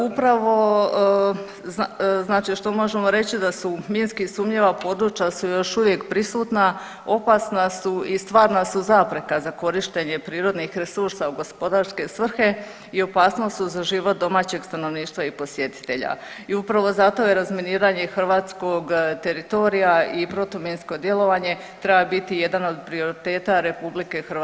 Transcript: Upravo znači što možemo reći da su minski sumnjiva područja su još uvijek prisutna, opasna su i stvarna su zapreka za korištenje prirodnih resursa u gospodarske svrhe i opasnost su za život domaćeg stanovništva i posjetitelja i upravo zato je razminiranje hrvatskog teritorija i protuminsko djelovanje treba biti jedan od prioriteta Republike Hrvatske na polju sigurnosti.